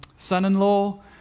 son-in-law